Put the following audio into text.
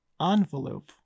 envelope